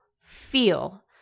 feel